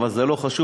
אבל זה לא חשוב,